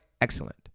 excellent